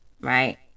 right